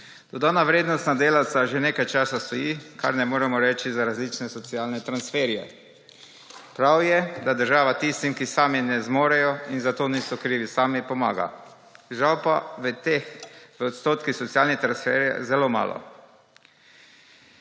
Dodana vrednost na delavca že nekaj časa stoji, kar ne moremo reči za različne socialne transferje. Prav je, da država tistim, ki sami ne zmorejo in za to niso krivi sami, pomaga. Žal pa je v teh v odstotkih socialnih transferjev zelo malo.